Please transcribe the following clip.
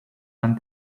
hunt